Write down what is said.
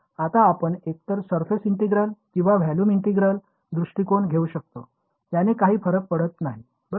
आता आपण एकतर सरफेस ईंटेग्रेल किंवा व्हॉल्यूम ईंटेग्रेल दृष्टीकोन घेऊ शकतो त्याने काही फरक पडत नाही बरोबर